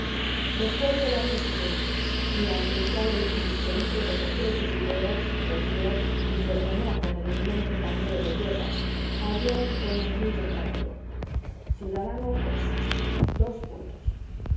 después de largo silencio durante el cual el jurisperito recogió sus ideas y tosió y se sonó con el inmenso pañuelo de hierbas habló en tono muy enfático ciudadano juez dos puntos y